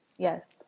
Yes